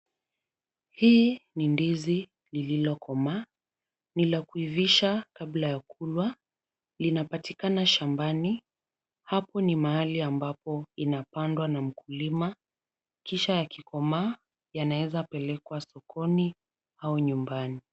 Hii ni ndizi lililokomaa. Ni la kuivisha kabla ya kulwa. Linapatikana shambani, hapo ni mahali ambapo inapandwa na mkulima, kisha yakikomaa yanaweza pelekwa sokoni au nyumbani.